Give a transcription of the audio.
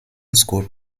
scored